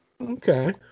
Okay